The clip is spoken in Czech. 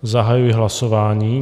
Zahajuji hlasování.